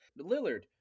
Lillard